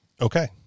Okay